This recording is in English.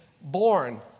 born